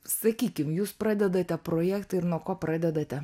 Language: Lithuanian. sakykim jūs pradedate projektą ir nuo ko pradedate